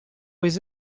was